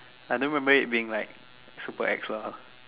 I don't remember it being like super ex lah